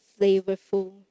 flavorful